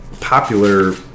popular